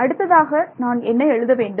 அடுத்ததாக நான் என்ன எழுத வேண்டும்